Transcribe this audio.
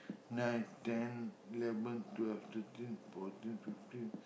nine ten eleven twelve thirteen fourteen fifteen